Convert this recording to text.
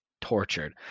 tortured